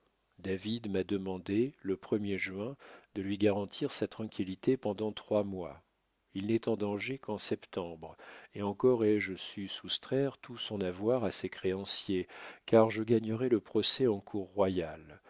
david m'a demandé le premier juin de lui garantir sa tranquillité pendant trois mois il n'est en danger qu'en septembre et encore ai-je su soustraire tout son avoir à ses créanciers car je gagnerai le procès en cour royale